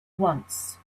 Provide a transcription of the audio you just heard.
once